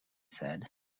said